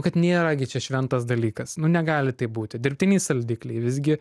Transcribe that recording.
kad nėra gi čia šventas dalykas nu negali taip būti dirbtiniai saldikliai visgi